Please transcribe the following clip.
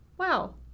Wow